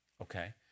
okay